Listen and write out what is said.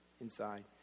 inside